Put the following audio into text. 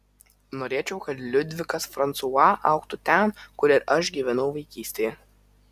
norėčiau kad liudvikas fransua augtų ten kur ir aš gyvenau vaikystėje